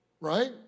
right